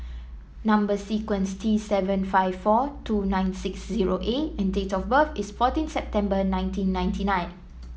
number sequence is T seven five four two nine six zero A and date of birth is fourteen September nineteen ninety nine